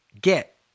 get